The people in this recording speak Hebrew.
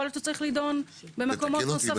יכול להיות שזה צריך להידון במקומות נוספים.